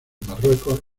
marruecos